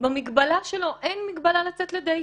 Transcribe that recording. במסגרת המגבלות שלו, אין מגבלה לצאת לדייטים.